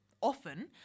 often